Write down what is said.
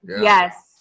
Yes